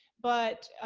but,